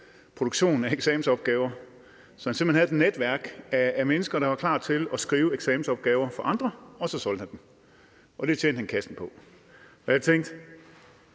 produktionen af eksamensopgaver, så han simpelt hen havde et netværk af mennesker, der var klar til at skrive eksamensopgaver for andre, og så solgte han dem. Og det tjente han kassen på. Jeg tænkte: